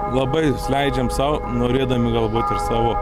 labai leidžiam sau norėdami galbūt ir savo